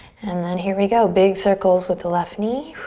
and then here we go, big circles with the left knee.